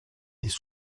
des